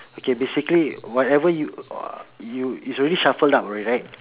okay basically whatever you uh you it's already shuffled up already right